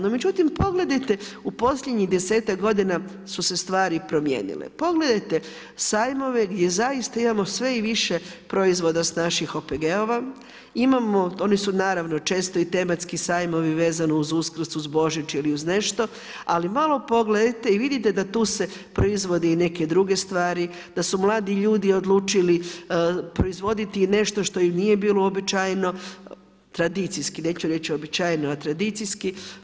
No međutim, pogledajte u posljednjih 10-tak g. su se stvari promijenile, pogledajte sajmove, gdje zaista imamo sve više proizvoda sa našim OPG-ova, imamo oni su naravno, često i tematski sajmovi, vezano uz Uskrs, uz Božić ili uz nešto, ali malo pogledajte i vidite da tu se proizvodi i neke druge stvari, da su mladi ljudi odlučili proizvoditi nešto što im nije bilo uobičajeno, tradicijski, neću reći običajno, tradicijski.